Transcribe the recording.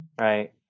Right